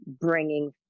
bringing